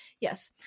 Yes